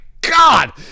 God